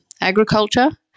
agriculture